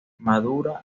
madura